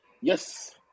Yes